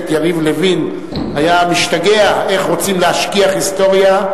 יריב לוין היה משתגע איך רוצים להשכיח היסטוריה,